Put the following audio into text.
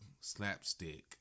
slapstick